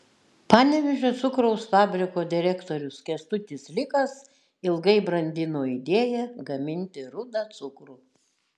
panevėžio cukraus fabriko direktorius kęstutis likas ilgai brandino idėją gaminti rudą cukrų